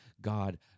God